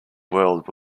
world